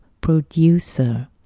producer